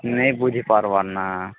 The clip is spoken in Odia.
ନେଇ ବୁଝିପାରବାର ନା